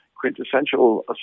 quintessential